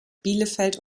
bielefeld